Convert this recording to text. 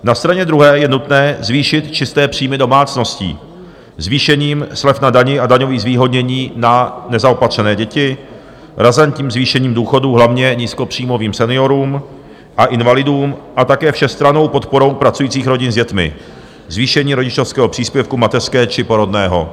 Na straně druhé je nutné zvýšit čisté příjmy domácností zvýšením slev na dani a daňových zvýhodnění na nezaopatřené děti, razantním zvýšením důchodů hlavně nízkopříjmovým seniorům a invalidům a také všestrannou podporou pracujících rodin s dětmi zvýšením rodičovského příspěvku, mateřské či porodného.